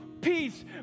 peace